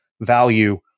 value